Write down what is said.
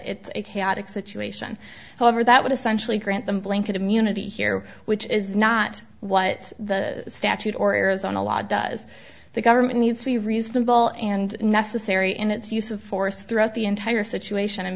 it's a chaotic situation however that would essentially grant them blanket immunity here which is not what the statute or arizona law does the government needs to be reasonable and necessary in its use of force throughout the entire situation